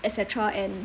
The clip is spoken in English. et cetera and